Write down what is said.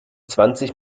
zwanzig